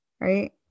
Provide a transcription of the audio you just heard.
right